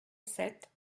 sept